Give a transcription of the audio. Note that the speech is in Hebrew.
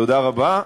תודה רבה.